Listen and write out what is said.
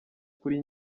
kuri